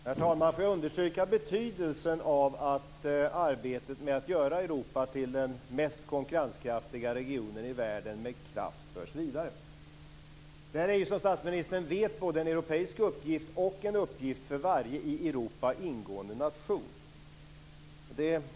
Herr talman! Låt mig understryka betydelsen av att arbetet med att göra Europa till den mest konkurrenskraftiga regionen i världen med kraft förs vidare. Som statsministern vet är detta både en europeisk uppgift och en uppgift för varje i Europa ingående nation.